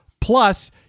Plus